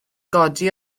godi